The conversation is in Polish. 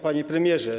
Panie Premierze!